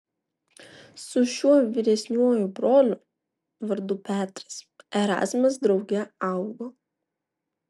su šiuo vyresniuoju broliu vardu petras erazmas drauge augo